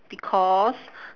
because